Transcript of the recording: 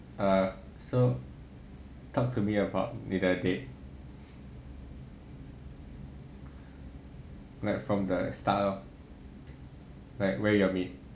err so talk to me about 你的 date like from the start lor like where you all meet